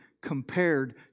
compared